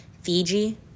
fiji